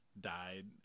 died